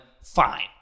fine